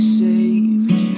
saved